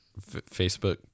Facebook